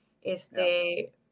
este